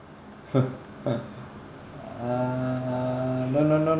uh no no no